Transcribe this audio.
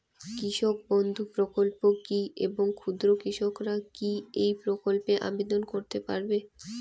কৃষক বন্ধু প্রকল্প কী এবং ক্ষুদ্র কৃষকেরা কী এই প্রকল্পে আবেদন করতে পারবে?